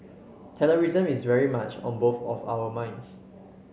terrorism is very much on both of our minds